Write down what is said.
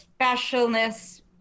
specialness